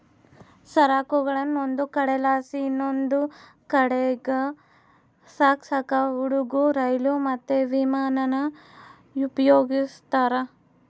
ಸರಕುಗುಳ್ನ ಒಂದು ಕಡೆಲಾಸಿ ಇನವಂದ್ ಕಡೀಗ್ ಸಾಗ್ಸಾಕ ಹಡುಗು, ರೈಲು, ಮತ್ತೆ ವಿಮಾನಾನ ಉಪಯೋಗಿಸ್ತಾರ